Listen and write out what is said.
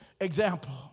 example